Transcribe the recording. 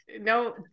no